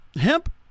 hemp